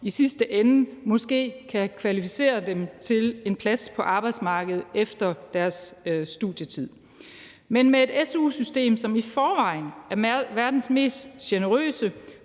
i sidste ende måske kan kvalificere dem til en plads på arbejdsmarkedet efter deres studietid. Men med et su-system, som i forvejen er verdens mest generøse,